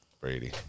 Brady